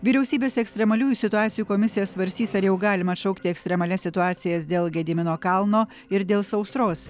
vyriausybės ekstremaliųjų situacijų komisija svarstys ar jau galima atšaukti ekstremalias situacijas dėl gedimino kalno ir dėl sausros